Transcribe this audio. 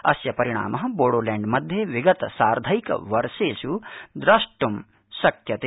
अस्य परिणामबोडोलैंड मध्ये विगत सार्धेक वर्षेषु द्रष्टुं शक्यते